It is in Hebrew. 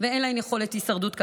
ואין להן יכולת הישרדות כלכלית.